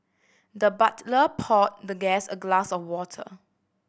the butler poured the guest a glass of water